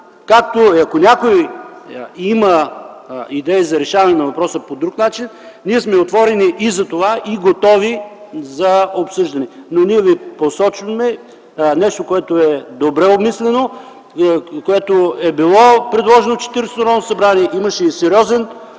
начин. Ако някой има идеи за решаване на въпроса по друг начин, отворени сме и за това, и готови за обсъждане, но ние ви посочваме нещо, което е добре обмислено, което е било предложено в Четиридесетото Народно събрание. Имаше и сериозен